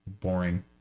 boring